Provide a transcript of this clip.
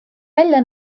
välja